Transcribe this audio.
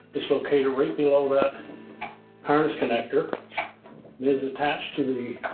it's located right below that harness connector. it is attached to the